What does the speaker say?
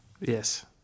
Yes